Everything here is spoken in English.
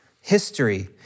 history